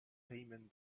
payment